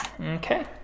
Okay